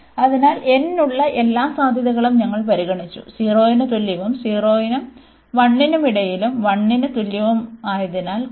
അതിനാൽ n നുള്ള എല്ലാ സാധ്യതകളും ഞങ്ങൾ പരിഗണിച്ചു 0 ന് തുല്യവും 0 നും 1 നും ഇടയിലും 1 ന് തുല്യമായതിലും കൂടുതലാണ്